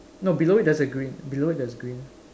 no below it there's a green below it there's a green